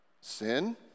sin